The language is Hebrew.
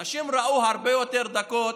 אנשים ראו הרבה יותר דקות